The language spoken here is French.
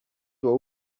doit